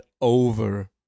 over